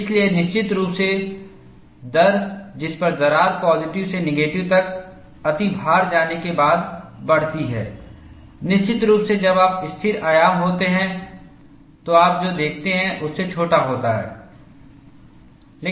इसलिए निश्चित रूप से दर जिस पर दरार पॉजिटिव से नेगेटिव तक अतिभार जाने के बाद बढ़ती है निश्चित रूप से जब आप स्थिर आयाम होते हैं तो आप जो देखते हैं उससे छोटा होता है